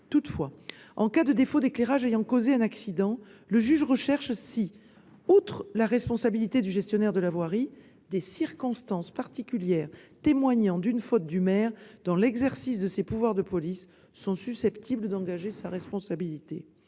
Toutefois, en cas de défaut d'éclairage ayant causé un accident, le juge recherche si, outre la responsabilité du gestionnaire de la voirie, des circonstances particulières témoignant d'une faute du maire dans l'exercice de ses pouvoirs de police sont susceptibles d'engager sa responsabilité.